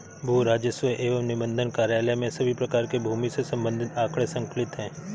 भू राजस्व एवं निबंधन कार्यालय में सभी प्रकार के भूमि से संबंधित आंकड़े संकलित रहते हैं